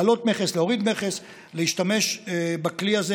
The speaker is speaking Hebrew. להעלות מכס, להוריד מכס, להשתמש בכלי הזה.